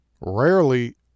Rarely